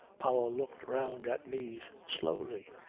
powell looked round at me slowly,